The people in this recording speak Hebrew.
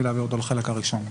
ולהעביר אותו לחלק הראשון.